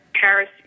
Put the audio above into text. Paris